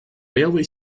railway